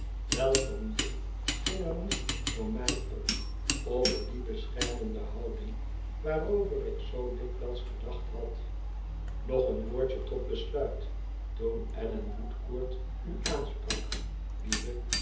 welk een licht ging er nu voor mij op over die beschermende houding waarover ik zoo dikwijls gedacht had nog een woordj e tot besluit toen allan woodcourt u aansprak lieve